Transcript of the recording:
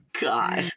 God